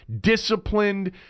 disciplined